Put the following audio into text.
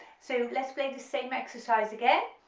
so let's play the same exercise again.